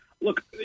look